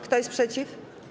Kto jest przeciw?